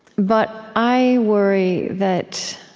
but i worry that,